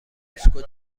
اتوبوس